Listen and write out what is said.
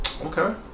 Okay